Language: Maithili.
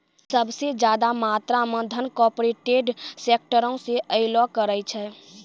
सभ से ज्यादा मात्रा मे धन कार्पोरेटे सेक्टरो से अयलो करे छै